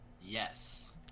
Yes